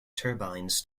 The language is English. turbines